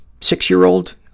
six-year-old